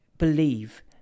Believe